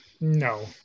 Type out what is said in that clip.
No